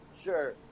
sure